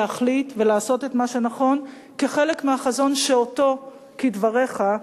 להחליט ולעשות את מה שנכון כחלק מהחזון שאותו כדבריך,